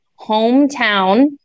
hometown